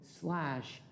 slash